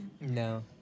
No